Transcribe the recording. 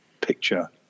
picture